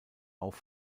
auch